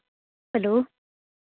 hello